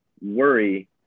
worry